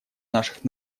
наших